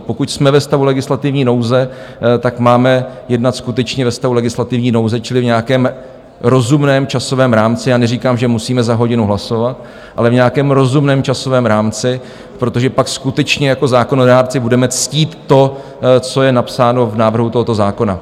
Pokud jsme ve stavu legislativní nouze, tak máme jednat skutečně ve stavu legislativní nouze, čili v nějakém rozumném časovém rámci, a neříkám, že musíme za hodinu hlasovat, ale v nějakém rozumném časovém rámci, protože pak skutečně jako zákonodárci budeme ctít to, co je napsáno v návrhu tohoto zákona.